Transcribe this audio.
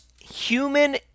human